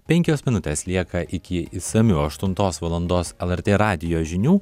penkios minutės lieka iki išsamių aštuntos valandos lrt radijo žinių